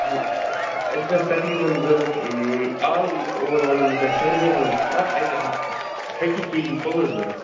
اَسہِ حَظ ٲس تقریباً ضروٗرت اَل اور ونہو بہٕ تۅہہِ سارِنٕے ہُنٛد حِساب اَسہِ حظ تھٲرٹی کے جی پُلس ضروٗرت